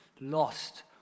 lost